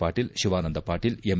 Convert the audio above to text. Patil Shivanand Patil M